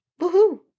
woohoo